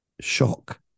Shock